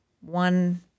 one